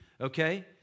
okay